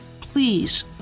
please